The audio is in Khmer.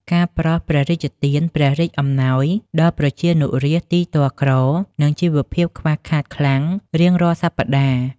ការប្រោសព្រះរាជទាន ព្រះរាជអំណោយដល់ប្រជានុរាស្ត្រទីទ័លក្រ និងជីវភាពខ្វះខាតខ្លាំង រៀងរាល់សប្តាហ៍។